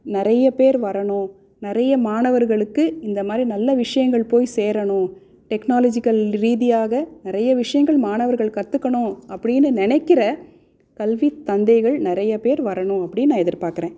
நிறைய பேர் வரணும் நிறைய மாணவர்களுக்கு இந்த மாதிரி நல்ல விஷயங்கள் போய் சேரணும் டெக்னாலஜிக்கல் ரீதியாக நிறைய விஷயங்கள் மாணவர்கள் கற்றுக்கணும் அப்படின்னு நினைக்கிற கல்வித் தந்தைகள் நிறைய பேர் வரணும் அப்படின்னு நான் எதிர்பார்க்கறேன்